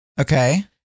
Okay